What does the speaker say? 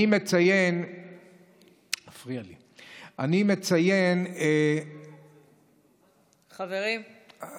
אני מציין מפריע לי, אני מציין, חברים, תודה.